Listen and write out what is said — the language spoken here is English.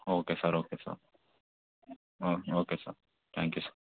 okay sir okay sir okay sir thank you